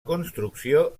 construcció